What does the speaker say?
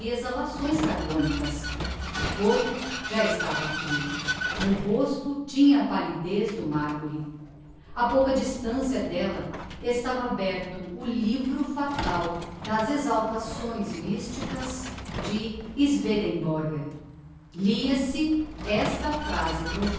exhalações carbonicas o corpo já estava frio o rosto tinha a pallidez do marmore a pouca distancia d'ella estava aberto o livro fatal das exaltações mysticas de swedenborg lia-se esta phrase